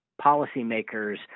policymakers